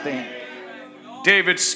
David